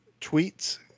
tweets